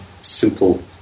simple